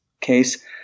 case